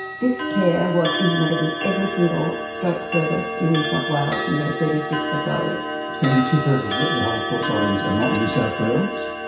this care was implemented in every single stroke service in new south wales and there are thirty six of those. sandy, two-thirds of the health report's audience are not in new south wales.